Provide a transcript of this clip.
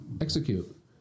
execute